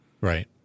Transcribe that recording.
Right